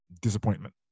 disappointment